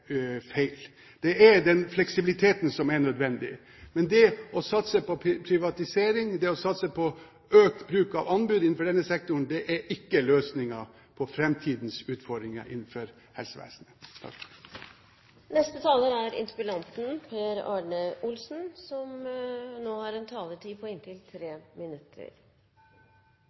feil. Man har den fleksibiliteten som er nødvendig. Men det å satse på privatisering, det å satse på økt bruk av anbud innenfor denne sektoren, er ikke løsningen på framtidens utfordring innenfor helsevesenet. For å begynne med det siste innlegget: Det kom vel ikke som